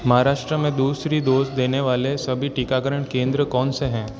महाराष्ट्र में दूसरी डोज़ देने वाले सभी टीकाकरण केंद्र कौनसे हैं